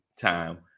time